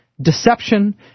deception